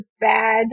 bad